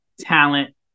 talent